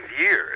years